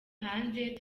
hanze